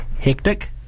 Hectic